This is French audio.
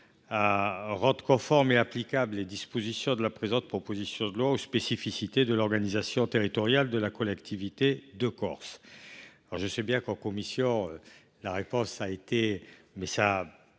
à rendre conformes et applicables les dispositions de la présente proposition de loi aux spécificités de l’organisation territoriale de la collectivité de Corse. On nous a répondu en commission que l’application